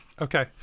okay